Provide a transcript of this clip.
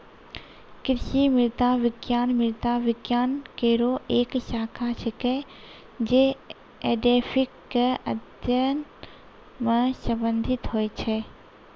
कृषि मृदा विज्ञान मृदा विज्ञान केरो एक शाखा छिकै, जे एडेफिक क अध्ययन सें संबंधित होय छै